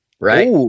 right